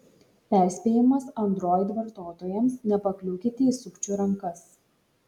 perspėjimas android vartotojams nepakliūkite į sukčių rankas